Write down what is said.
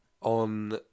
on